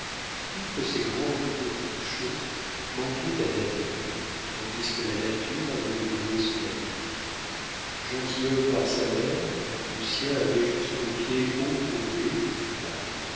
toutes ces grandes petites choses manquaient à david tandis que la nature en avait doué son ami gentilhomme par sa mère lucien avait jusqu'au pied haut courbé du franc